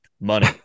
Money